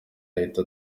ahita